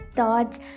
thoughts